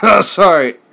Sorry